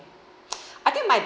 I think my